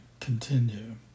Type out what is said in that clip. continue